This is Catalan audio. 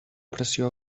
pressió